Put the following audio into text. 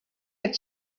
had